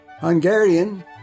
Hungarian